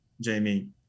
Jamie